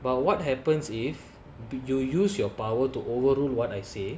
but what happens if you use your power to overrule what I say